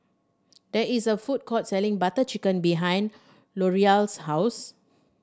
there is a food court selling Butter Chicken behind Lorelai's house